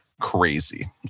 crazy